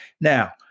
now